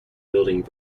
building